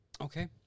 Okay